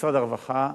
משרד הרווחה,